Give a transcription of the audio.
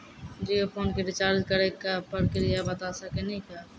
Jio phone के recharge करे के का प्रक्रिया बता साकिनी का?